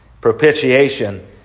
Propitiation